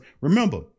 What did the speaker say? remember